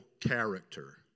character